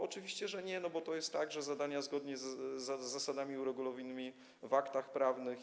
Oczywiście, że nie, bo to jest tak, że zadania zgodnie z zasadami uregulowanymi w aktach prawnych.